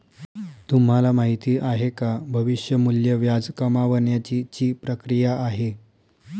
तुम्हाला माहिती आहे का? भविष्य मूल्य व्याज कमावण्याची ची प्रक्रिया आहे